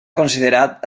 considerat